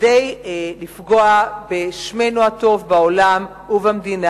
כדי לפגוע בשמנו הטוב בעולם ובמדינה.